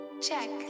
Check